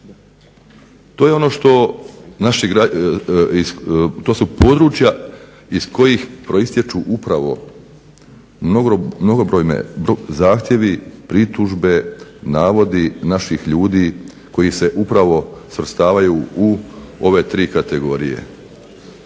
to su područja iz kojih proistječu upravo mnogobrojni zahtjevi, pritužbe, navodi naših ljudi koji se upravo svrstavaju u ove 3 kategorije.